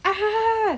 ah ha ha ha ha